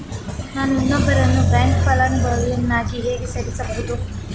ನಾನು ಇನ್ನೊಬ್ಬರನ್ನು ಬ್ಯಾಂಕ್ ಫಲಾನುಭವಿಯನ್ನಾಗಿ ಹೇಗೆ ಸೇರಿಸಬಹುದು?